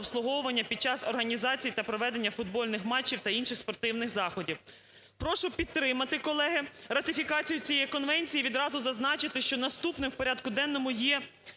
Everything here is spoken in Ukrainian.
під час організації та проведення футбольних матчів та інших спортивних заходів. Прошу підтримати, колеги, ратифікацію цієї конвенції. Відразу зазначу, що наступним в порядку денному є